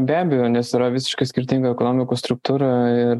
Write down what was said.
be abejo nes yra visiškai skirtinga ekonomikų struktūra ir